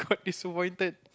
disappointed